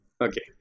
Okay